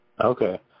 Okay